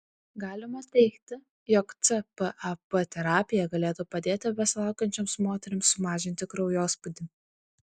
galima teigti jog cpap terapija galėtų padėti besilaukiančioms moterims sumažinti kraujospūdį